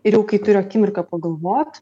ir jau kai turiu akimirką pagalvot